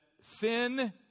sin